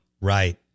Right